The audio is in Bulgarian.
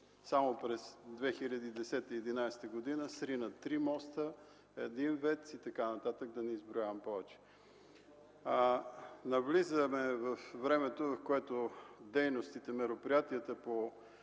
само през 2010-2011 г. срина три моста, един ВЕЦ и така нататък, да не изброявам повече. Навлизаме във времето, в което дейностите, мероприятията по